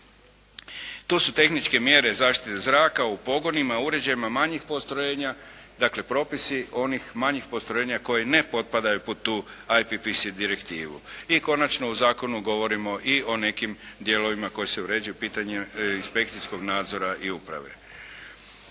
Tu su tehničke mjere zaštite zraka u pogonima, uređajima manjih postrojenja. Dakle, propisi onih manjih postrojenja koji ne potpadaju pod tu IPPS direktivu. I konačno, u zakonu govorimo i o nekim dijelovima kojim se uređuju pitanja inspekcijskog nadzora i uprave.